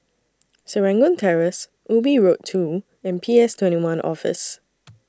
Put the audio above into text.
Serangoon Terrace Ubi Road two and P S twenty one Office